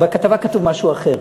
בכתבה כתוב משהו אחר.